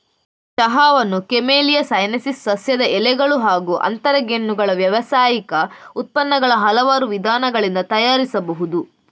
ಚಹಾವನ್ನು camellia sinensis ಸಸ್ಯದ ಎಲೆಗಳು ಹಾಗೂ ಅಂತರಗೆಣ್ಣುಗಳ ವ್ಯಾವಸಾಯಿಕ ಉತ್ಪನ್ನಗಳ ಹಲವಾರು ವಿಧಾನಗಳಿಂದ ತಯಾರಿಸಬಹುದು